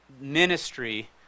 ministry